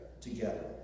together